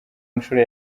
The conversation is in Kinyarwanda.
nshuro